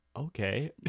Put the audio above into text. Okay